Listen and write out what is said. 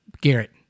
Garrett